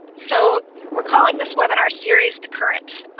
so we're calling this webinar series the current,